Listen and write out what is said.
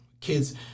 kids